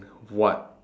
what